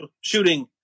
Shooting